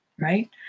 right